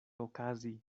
okazi